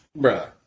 Bruh